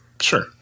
Sure